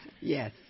Yes